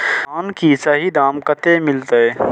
धान की सही दाम कते मिलते?